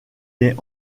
est